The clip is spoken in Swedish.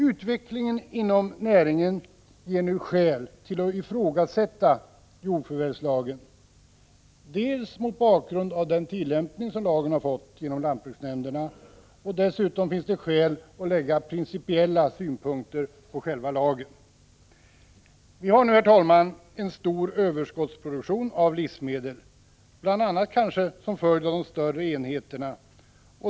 Utvecklingen inom näringen ger nu skäl att ifrågasätta jordförvärvslagen, delvis mot bakgrund av den tillämpning som lagen fått genom lantbruksnämnderna, men det finns också skäl att anlägga principiella synpunkter på själva lagen. Vi har nu, herr talman, en stor överskottsproduktion av livsmedel, bl.a. kanske som följd av de större enheterna.